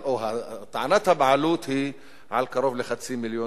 שטענת הבעלות היא על קרוב לחצי מיליון